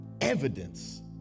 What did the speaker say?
evidence